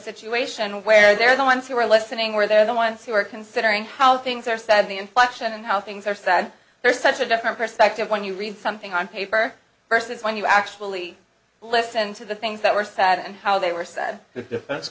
situation where they're the ones who are listening where they're the ones who are considering how things are said the inflection and how things are sad there's such a different perspective when you read something on paper versus when you actually listened to the things that were sad and how they were said to defense